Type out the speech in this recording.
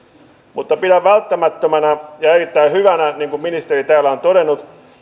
mutta pidän välttämättömänä ja erittäin hyvänä niin kuin ministeri täällä on todennut